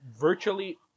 virtually